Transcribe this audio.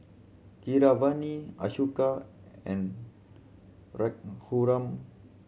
Keeravani Ashoka and Raghuram